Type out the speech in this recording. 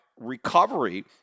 recovery